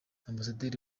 ambasaderi